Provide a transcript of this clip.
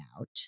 out